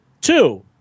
Two